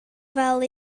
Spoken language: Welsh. fel